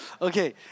Okay